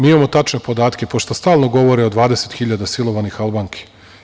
Mi imamo tačne podatke, pošto stalno govore o 20.000 silovanih Albanki.